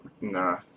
Nah